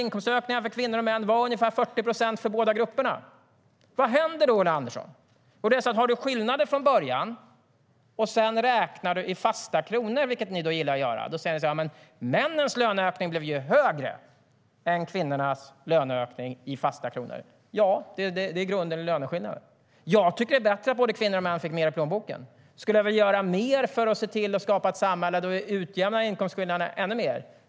Inkomstökningarna för kvinnor och män var ungefär 40 procent för båda grupperna. Vad händer då, Ulla Andersson? Det fanns ju en skillnad från början. Ni verkar gilla att räkna i fasta kronor, och då säger du att männens löneökning blev högre än kvinnornas löneökning i fasta kronor. Ja, det är i grunden löneskillnader. Jag tycker att det vore bättre om både kvinnor och män fick mer i plånboken. Skulle jag vilja göra mer för att skapa ett samhälle där vi utjämnar inkomstskillnaderna ännu mer?